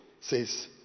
says